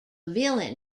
villain